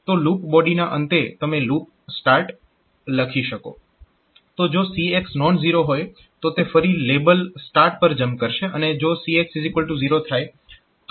તો લૂપ બોડીના અંતે તમે LOOP START લખી શકો તો જો CX નોન ઝીરો હોય તો તે ફરી લેબલ START પર જમ્પ કરશે અને જો CX0 થાય તો લૂપ બોડી સમાપ્ત થઈ જશે